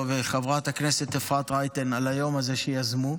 וחברת הכנסת אפרת רייטן על היום הזה שיזמו.